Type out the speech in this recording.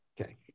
Okay